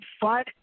fun